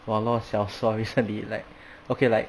网络小说 recently like okay like